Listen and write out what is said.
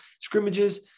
scrimmages